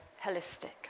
holistic